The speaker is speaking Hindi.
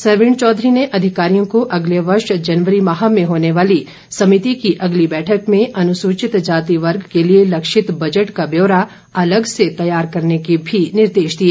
सरवीण चौधरी ने अधिकारियों को अगले वर्ष जनवरी माह में होने वाली समिति की बैठक में अनूसचित जाति वर्ग के लिए लक्षित बजट का ब्यौरा अलग से तैयार करने के मी निर्देश दिए